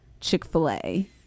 Chick-fil-A